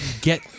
get